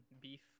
beef